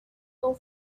con